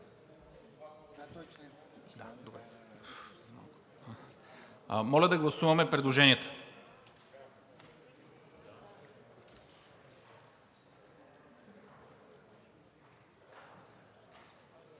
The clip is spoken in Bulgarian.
Моля да гласуваме предложенията.